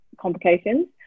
complications